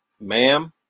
Ma'am